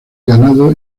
ganado